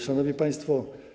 Szanowni Państwo!